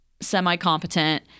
semi-competent